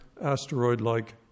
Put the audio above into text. asteroid-like